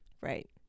Right